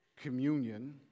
communion